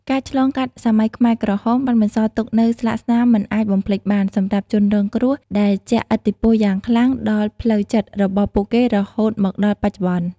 ការឆ្លងកាត់សម័យខ្មែរក្រហមបានបន្សល់ទុកនូវស្លាកស្នាមមិនអាចបំភ្លេចបានសម្រាប់ជនរងគ្រោះ ដែលជះឥទ្ធិពលយ៉ាងខ្លាំងដល់ផ្លូវចិត្តរបស់ពួកគេរហូតមកដល់បច្ចុប្បន្ន។